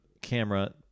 camera